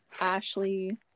ashley